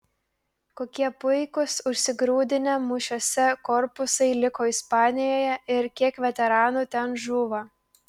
kokie puikūs užsigrūdinę mūšiuose korpusai liko ispanijoje ir kiek veteranų ten žūva